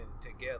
together